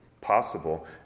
possible